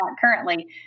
currently